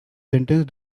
sentence